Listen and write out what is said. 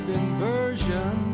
inversion